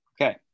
Okay